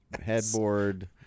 headboard